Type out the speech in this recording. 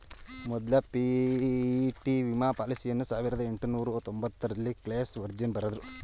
ಮೊದ್ಲ ಪಿ.ಇ.ಟಿ ವಿಮಾ ಪಾಲಿಸಿಯನ್ನ ಸಾವಿರದ ಎಂಟುನೂರ ತೊಂಬತ್ತರಲ್ಲಿ ಕ್ಲೇಸ್ ವರ್ಜಿನ್ ಬರೆದ್ರು